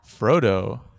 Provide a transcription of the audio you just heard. Frodo